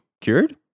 cured